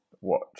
watch